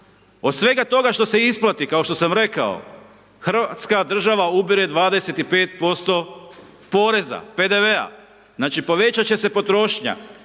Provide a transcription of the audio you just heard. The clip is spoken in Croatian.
Od svega toga što se isplati, kao što sam rekao, RH ubire 25% poreza, PDV-a, znači povećati će se potrošnja,